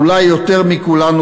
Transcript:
אולי יותר מכולנו,